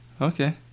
Okay